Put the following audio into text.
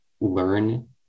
learn